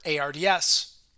ARDS